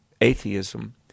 atheism